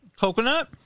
Coconut